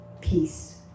peace